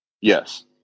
Yes